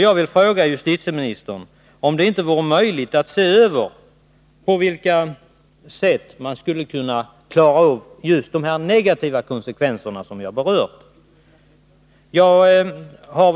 Jag vill fråga justitieministern om det inte vore möjligt att se över på vilka sätt man skulle kunna klara upp de negativa konsekvenser som jag har berört.